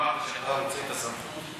ואמרת שאתה רוצה את הסמכות,